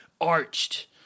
arched